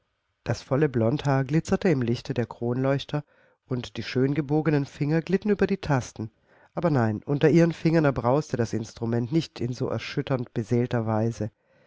das volle blondhaar glitzerte im lichte der kronleuchter und die schöngebogenen finger glitten über die tasten aber nein unter ihren fingern erbrauste das instrument nicht in so erschütternd beseelter weise